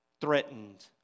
threatened